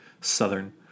Southern